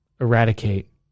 eradicate